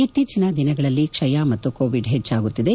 ಇತ್ತೀಚಿನ ದಿನಗಳಲ್ಲಿ ಕ್ಷಯ ಮತ್ತು ಕೋವಿಡ್ ಹೆಚ್ಚಾಗುತ್ತಿದೆ